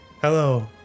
Hello